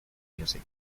music